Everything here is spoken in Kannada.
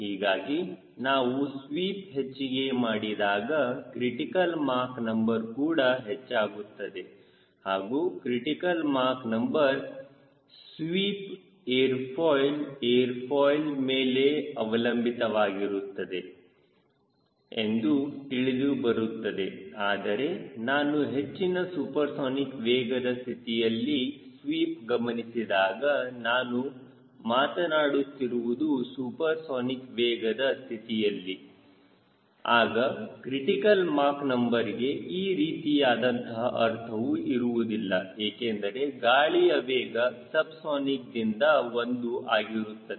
ಹೀಗಾಗಿ ನಾವು ಸ್ವೀಪ್ ಹೆಚ್ಚಿಗೆ ಮಾಡಿದಾಗ ಕ್ರಿಟಿಕಲ್ ಮಾಕ್ ನಂಬರ್ ಕೂಡ ಹೆಚ್ಚಾಗುತ್ತದೆ ಹಾಗೂ critical Mach number sweep airfoil tc airfoil ಮೇಲೆ ಅವಲಂಬಿತವಾಗಿದೆ ಎಂದು ತಿಳಿದುಬರುತ್ತದೆ ಆದರೆ ನಾನು ಹೆಚ್ಚಿನ ಸೂಪರ್ಸೋನಿಕ್ ವೇಗದ ಸ್ಥಿತಿಯಲ್ಲಿ ಸ್ವೀಪ್ ಗಮನಿಸಿದಾಗ ನಾನು ಮಾತನಾಡುತ್ತಿರುವುದು ಸೂಪರ್ಸೋನಿಕ್ ವೇಗದ ಸ್ಥಿತಿಯಲ್ಲಿ ಆಗ ಕ್ರಿಟಿಕಲ್ ಮಾಕ್ ನಂಬರ್ ಗೆ ಈ ರೀತಿಯಾದಂತಹ ಅರ್ಥವೂ ಇರುವುದಿಲ್ಲ ಏಕೆಂದರೆ ಗಾಳಿಯ ವೇಗ ಸಬ್ಸಾನಿಕ್ ದಿಂದ 1 ಆಗಿದೆ